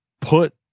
put